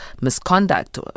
misconduct